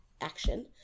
action